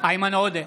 איימן עודה,